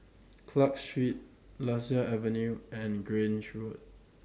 Clarke Street Lasia Avenue and Grange Road